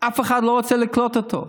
אף אחד לא רוצה לקלוט אותו.